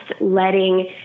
letting